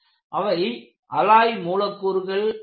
அவை அலாய் மூலக்கூறுகள் ஆகும்